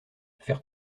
faire